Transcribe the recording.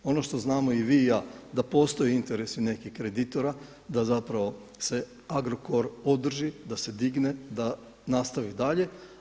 Ono što znamo i vi i ja da postoje interesi nekih kreditora, da zapravo se Agrokor održi, da se digne, da nastavi dalje.